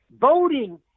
Voting